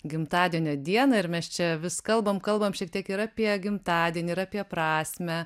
gimtadienio dieną ir mes čia vis kalbam kalbam šiek tiek ir apie gimtadienį ir apie prasmę